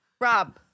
Rob